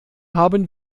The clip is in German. haben